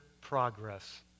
progress